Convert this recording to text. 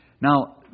Now